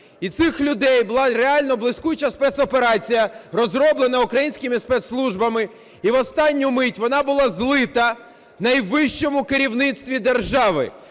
І цих людей… Була реально блискуча спецоперація, розроблена українськими спецслужбами, і в останню мить вона була злита в найвищому керівництві держави.